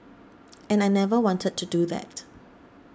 and I never wanted to do that